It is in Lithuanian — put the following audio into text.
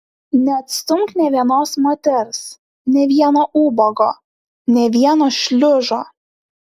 neatstumk nė vienos moters nė vieno ubago nė vieno šliužo